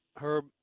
Herb